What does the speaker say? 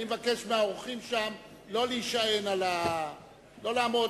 אני מבקש מהאורחים שם לא להישען, לא לעמוד.